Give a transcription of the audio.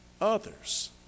others